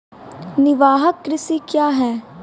निवाहक कृषि क्या हैं?